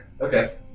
Okay